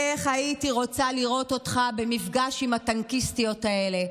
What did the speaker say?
איך הייתי רוצה לראות אותך במפגש עם הטנקיסטיות האלה.